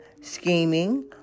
scheming